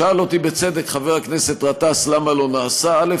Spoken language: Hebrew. שאל אותי, בצדק, חבר הכנסת גטאס למה לא נעשה, א.